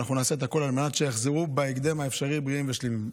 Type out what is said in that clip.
ואנחנו נעשה את הכול על מנת שיחזרו בהקדם האפשרי בריאים ושלמים.